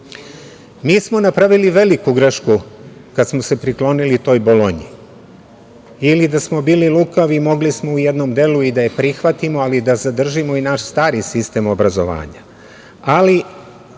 smo napravili veliku grešku kad smo se priklonili toj Bolonji. Ili, da smo bili lukavi, mogli smo u jednom delu i da je prihvatimo, ali da zadržimo i naš stari sistem obrazovanja.